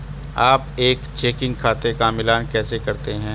आप एक चेकिंग खाते का मिलान कैसे करते हैं?